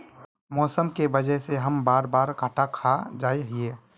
मौसम के वजह से हम सब बार बार घटा खा जाए हीये?